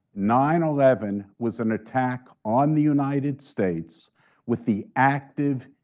nine eleven was an attack on the united states with the active